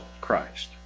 Christ